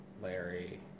Larry